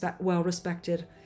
well-respected